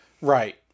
Right